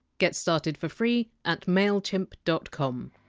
get started for free at mailchimp dot com